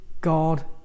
God